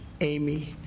Amy